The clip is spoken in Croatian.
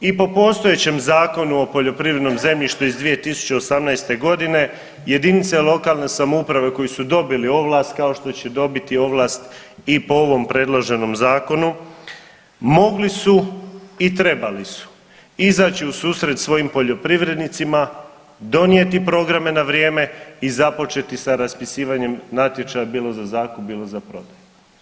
I po postojećem Zakonu o poljoprivrednom zemljištu iz 2018. godine jedinice lokalne samouprave koji su dobili ovlast kao što će dobiti ovlast i po ovom predloženom zakonu mogli su i trebali su izaći u susret svojim poljoprivrednicima, donijeti programe na vrijeme i započeti sa raspisivanjem natječaja bilo za zakup, bilo za prodaju.